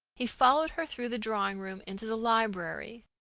he followed her through the drawing-room into the library,